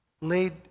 laid